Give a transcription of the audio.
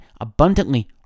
abundantly